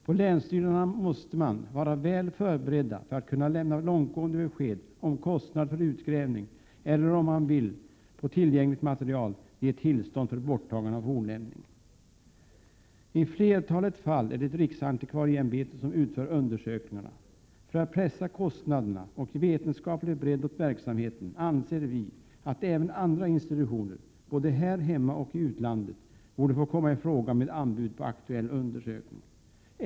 På länsstyrelserna måste de vara väl förberedda för att kunna lämna långtgående besked om kostnad för utgrävning eller om de vill, med utgångspunkt i tillgängligt material, ge tillstånd för borttagande av fornlämning. I flertalet fall är det riksantikvarieämbetet som utför undersökningarna. För att pressa kostnaderna och ge vetenskaplig bredd åt verksamheten anser vi att även andra institutioner, både här hemma och i utlandet, borde få komma i fråga med anbud på aktuell undersökning.